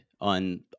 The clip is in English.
on